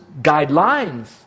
guidelines